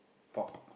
pork